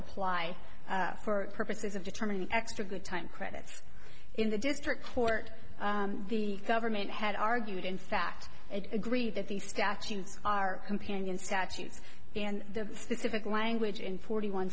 apply for purposes of determining extra good time credits in the district court the government had argued in fact it agreed that these statutes are companion statutes and the specific language in forty one